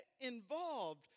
involved